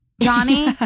Johnny